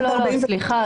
סליחה.